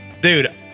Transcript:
dude